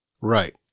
Right